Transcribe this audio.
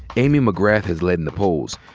amy mcgrath has led in the polls.